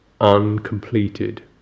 uncompleted